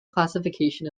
classification